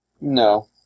No